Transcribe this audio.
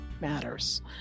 matters